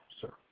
sir